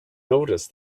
noticed